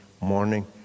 morning